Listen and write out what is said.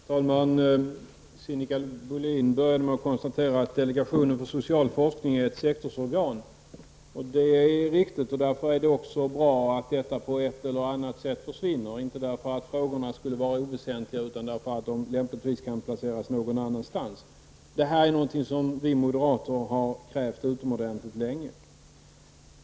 Herr talman! Sinikka Bohlin började med att konstatera att delegationen för social forskning är ett sektorsorgan. Det är riktigt, och därför är det också bra att detta organ på ett eller annat sätt försvinner, inte därför att frågorna skulle vara oväsentliga utan därför att de lämpligen kan placeras någon annanstans. Detta är någonting som vi moderater har krävt utomordentligt länge.